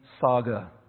saga